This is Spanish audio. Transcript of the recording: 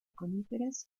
coníferas